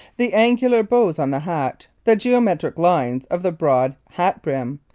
the angular bows on the hat, the geometric lines of the broad hat-brim,